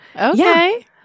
Okay